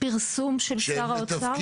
פרסום של שר האוצר.